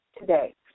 today